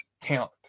talent